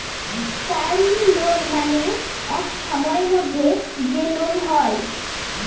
term loan মানে এক সময়ের মধ্যে যে লোন হয়